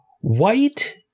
White